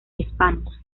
hispanos